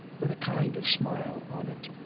with a kind of smile on it,